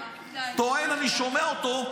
טוען, אני שומע אותו,